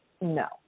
no